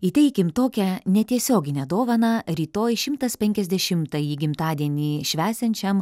įteikim tokią netiesioginę dovaną rytoj šimtas penkiasdešimtąjį gimtadienį švęsiančiam